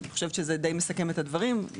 זה די מסכם את הדברים.